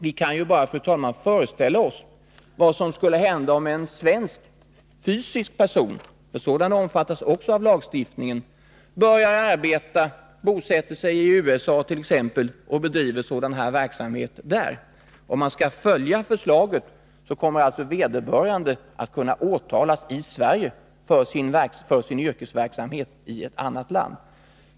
Vi kan bara, fru talman, föreställa oss vad som skulle hända, om en svensk fysisk person — sådana omfattas också av lagstiftningen — bosätter sig i t.ex. USA och där börjar sådan här verksamhet. Om man skall följa förslaget, kommer alltså vederbörande att kunna åtalas i Sverige för sin yrkesverksamhet i ett annat land.